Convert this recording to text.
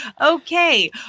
Okay